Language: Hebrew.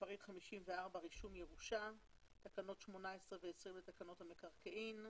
של הרשות לרישום והסדר זכויות במקרקעין.